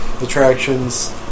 attractions